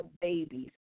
babies